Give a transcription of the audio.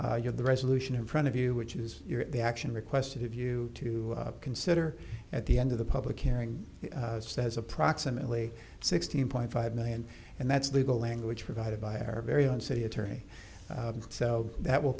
now you're the resolution in front of you which is the action requested of you to consider at the end of the public hearing says approximately sixteen point five million and that's legal language provided by our very own city attorney so that will